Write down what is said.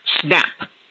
snap